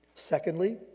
Secondly